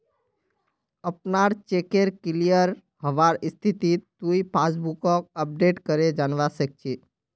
अपनार चेकेर क्लियर हबार स्थितिक तुइ पासबुकक अपडेट करे जानवा सक छी